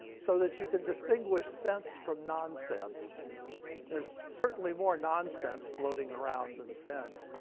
so that you can distinguish sense from nonsense there's certainly more nonsense floating around than sense,